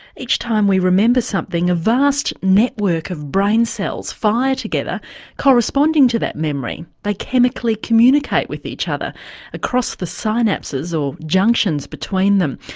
each time we remember something a vast network of brain cells fire together corresponding to that memory, they chemically communicate with each other across the synapses or junctions between them.